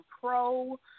pro